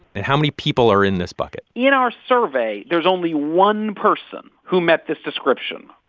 and how many people are in this bucket? in our survey, there's only one person who met this description,